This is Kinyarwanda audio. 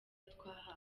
twahawe